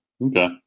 Okay